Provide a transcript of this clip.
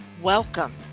Welcome